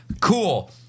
Cool